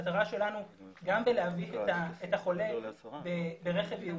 המטרה שלנו גם בלהביא את החולה ברכב ייעודי,